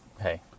Hey